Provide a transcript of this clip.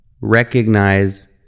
recognize